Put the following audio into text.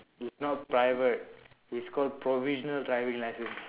is not private is called provisional driving license